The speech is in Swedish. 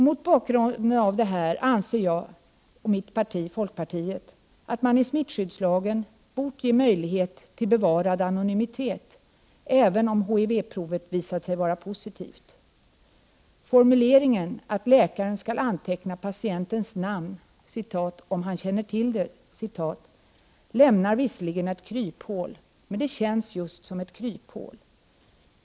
Mot bakgrunden av detta anser jag och mitt parti, folkpartiet, att man i smittskyddslagen bort ge möjlighet till bevarad anonymitet även om HIV-provet visar sig vara positivt. Formuleringen att läkaren skall anteckna patientens namn ”om han känner till det” lämnar visserligen ett kryphål, men det känns just som ett kryphål.